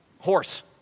horse